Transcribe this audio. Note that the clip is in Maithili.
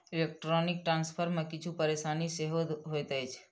इलेक्ट्रौनीक ट्रांस्फर मे किछु परेशानी सेहो होइत अछि